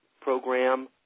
program